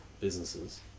businesses